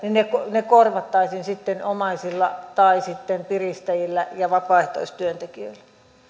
korvattaisiin omaisilla tai sitten piristäjillä ja vapaaehtoistyöntekijöillä